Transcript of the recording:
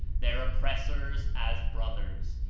their oppressors as brothers,